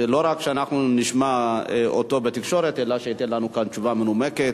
שלא רק שאנחנו נשמע אותו בתקשורת אלא שייתן לנו כאן תשובה מנומקת,